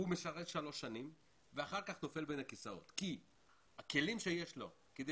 הוא משרת שלוש שנים ואחר כך נופל בין הכיסאות כי הכלים שיש לו כדי